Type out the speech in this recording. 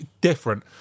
different